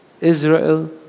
Israel